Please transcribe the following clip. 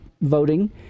voting